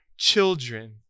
Children